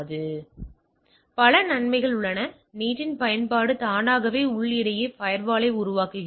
மேலும் பல நன்மைகள் உள்ளன NAT இன் பயன்பாடு தானாகவே உள் இடையே ஃபயர்வாலை உருவாக்குகிறது